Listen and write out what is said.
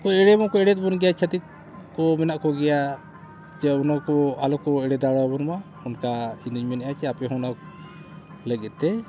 ᱮᱲᱮᱢᱟᱠᱚ ᱮᱲᱮᱭᱮᱫ ᱵᱚᱱ ᱜᱮᱭᱟ ᱪᱷᱟᱹᱛᱤᱠ ᱠᱚ ᱢᱮᱱᱟᱜ ᱠᱚᱜᱮᱭᱟ ᱡᱮ ᱚᱱᱟ ᱠᱚ ᱟᱞᱚ ᱠᱚ ᱮᱲᱮ ᱫᱟᱲᱮᱭᱟ ᱵᱚᱱ ᱢᱟ ᱚᱱᱠᱟ ᱤᱧᱫᱩᱧ ᱢᱮᱱᱮᱜᱼᱟ ᱥᱮ ᱟᱯᱮ ᱦᱚᱸ ᱚᱱᱟ ᱞᱟᱹᱜᱤᱫ ᱛᱮ